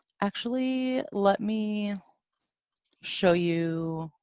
actually let me show you